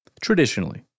traditionally